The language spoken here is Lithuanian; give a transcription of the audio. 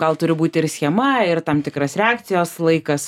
gal turi būt ir schema ir tam tikras reakcijos laikas